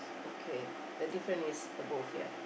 okay the different is the both ya